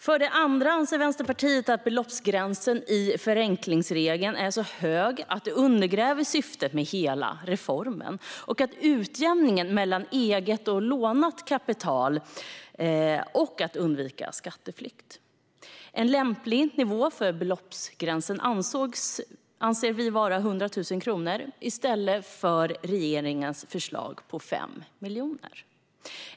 För det andra anser Vänsterpartiet att beloppsgränsen i förenklingsregeln är så hög att det undergräver syftet med hela reformen - utjämningen mellan eget och lånat kapital och att undvika skatteflykt. En lämplig nivå för beloppsgränsen anser vi vara 100 000 kronor, i stället för regeringens förslag om 5 miljoner.